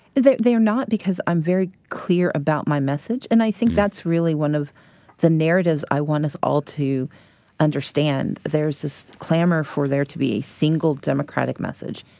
they're not because i'm very clear about my message. and i think that's really one of the narratives i want us all to understand. there's this clamor for there to be a single democratic message,